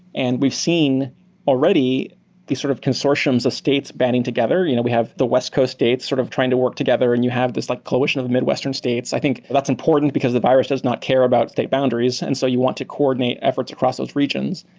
and we've seen already these sort of consortiums of states banding together. you know we have the west coast states sort of trying to work together, and you have this like coalition of the midwestern states. i think that's important, because the virus does not care about state boundaries. and so you want to coordinate efforts across those regions.